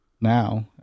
now